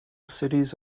cities